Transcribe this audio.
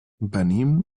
venim